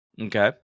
Okay